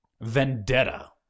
vendetta